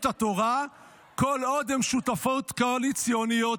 התורה כל עוד הן שותפות קואליציוניות.